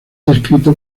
descrito